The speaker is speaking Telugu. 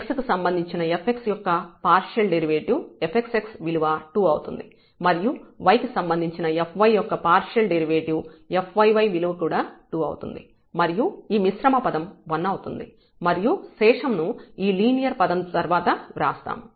x కి సంబంధించిన fx యొక్క పార్షియల్ డెరివేటివ్ fxx విలువ 2 అవుతుంది మరియు y కి సంబంధించిన fy యొక్క పార్షియల్ డెరివేటివ్ fyy విలువ కూడా 2 అవుతుంది మరియు ఈ మిశ్రమ పదం 1 అవుతుంది మరియు శేషం ను ఈ లీనియర్ పదం తర్వాత వ్రాస్తాము